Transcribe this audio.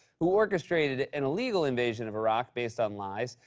who orchestrated an illegal invasion of iraq based on lies,